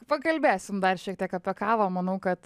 pakalbėsim dar šiek tiek apie kavą manau kad